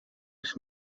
dus